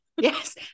Yes